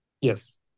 Yes